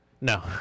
No